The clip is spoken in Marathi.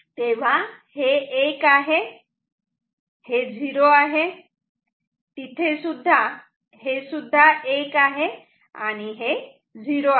तेव्हा हे 1 आहे हे 0 आहे तिथे हे सुद्धा 1 आहे आणि हे 0 आहे